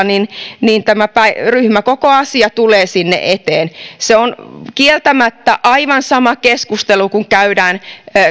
niin niin tämä ryhmäkokoasia tulee siellä eteen se on kieltämättä aivan sama keskustelu kuin